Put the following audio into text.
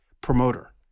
Promoter